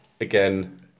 again